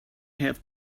have